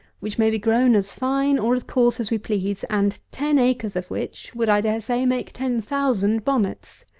which may be grown as fine or as coarse as we please, and ten acres of which would, i dare say, make ten thousand bonnets.